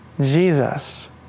Jesus